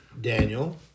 Daniel